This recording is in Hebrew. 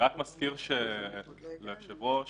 מזכיר ליושב-ראש